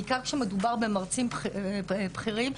בעיקר כשמדובר במרצים בכירים.